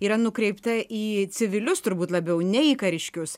yra nukreipta į civilius turbūt labiau ne į kariškius